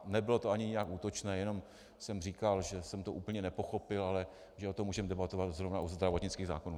Nebylo to ani nijak útočné, jenom jsem říkal, že jsem to úplně nepochopil, ale že o tom můžeme debatovat zrovna u zdravotnických zákonů.